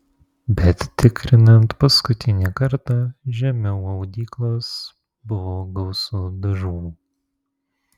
bet tikrinant paskutinį kartą žemiau audyklos buvo gausu dažų